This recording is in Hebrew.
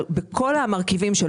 על כל מרכיביו,